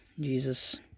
Jesus